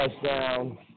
touchdown